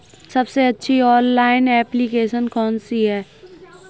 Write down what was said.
सबसे अच्छी online application कौन सी है?